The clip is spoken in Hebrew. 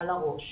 10